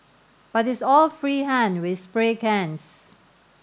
but it's all free hand with spray cans